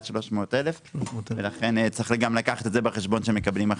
300,000 שקל וצריך לקחת גם את זה בחשבון כשמקבלים החלטות.